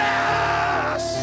Yes